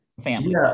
family